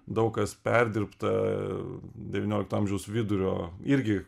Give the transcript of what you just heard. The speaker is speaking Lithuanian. daug kas perdirbta devyniolikto amžiaus vidurio irgi